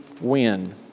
win